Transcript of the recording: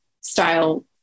style